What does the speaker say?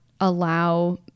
allow